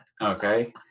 okay